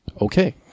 Okay